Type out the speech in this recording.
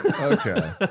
okay